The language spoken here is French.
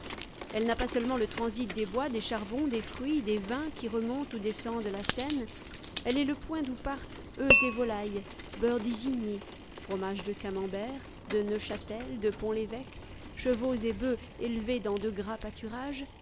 elle n'a pas seulement le transit des bois des charbons des fruits des vins qui remontent ou descendent la seine elle est le point d'où partent œufs et volailles beurres d'isigny fromages de camenbert de neufchâtel de pont levêque chevaux et bœufs élevés dans de gras